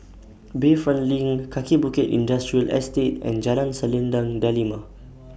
Bayfront LINK Kaki Bukit Industrial Estate and Jalan Selendang Delima